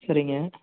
சரிங்க